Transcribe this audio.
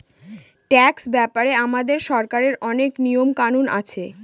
tax ব্যাপারে আমাদের সরকারের অনেক নিয়ম কানুন আছে